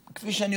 יש איזשהו משהו,